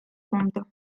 punto